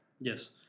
Yes